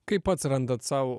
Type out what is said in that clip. kaip pats randat sau